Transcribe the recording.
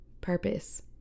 purpose